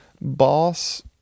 boss